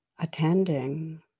attending